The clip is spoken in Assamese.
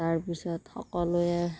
তাৰপিছত সকলোৱে